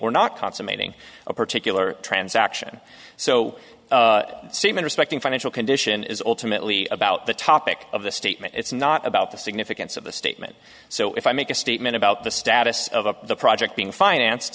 or not consummating a particular transaction so seamen respecting financial condition is ultimately about the topic of the statement it's not about the significance of the statement so if i make a statement about the status of the project being finance